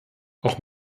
auch